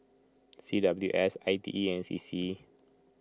C W S I T E and C C